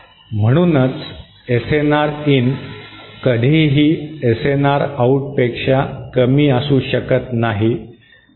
म्हणूनच SNR in कधीही SNR आउटपेक्षा कमी असू शकत नाही